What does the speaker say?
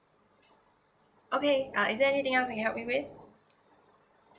okay uh is there anything else I can help you with